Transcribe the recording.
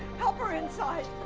help her inside.